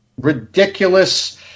ridiculous